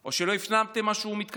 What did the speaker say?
או שלא הפנמתם את מה שהוא מתכוון,